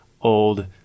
old